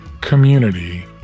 community